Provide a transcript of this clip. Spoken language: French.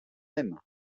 même